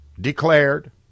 Declared